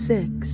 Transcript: Six